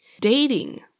Dating